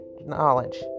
knowledge